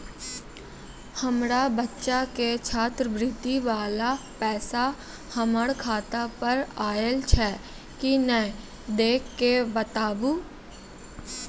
हमार बच्चा के छात्रवृत्ति वाला पैसा हमर खाता पर आयल छै कि नैय देख के बताबू?